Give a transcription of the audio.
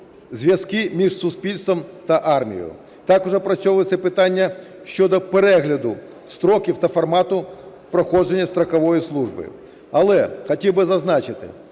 зв'язки між суспільством та армією. Також опрацьовується питання щодо перегляду строків та формату проходження строкової служби. Але хотів би зазначити,